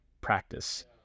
practice